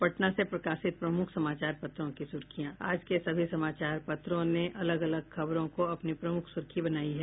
अब पटना से प्रकाशित प्रमुख समाचार पत्रों की सुर्खियां आज के सभी समाचार पत्रों ने अलग अलग खबरों को अपनी प्रमुख सुर्खी बनाया है